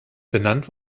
benannt